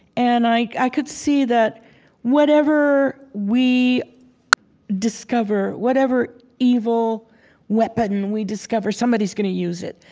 and i could see that whatever we discover, whatever evil weapon we discover, somebody's going to use it.